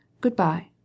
good-bye